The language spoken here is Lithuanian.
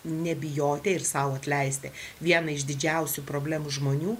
nebijoti ir sau atleisti viena iš didžiausių problemų žmonių